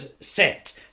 set